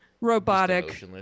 robotic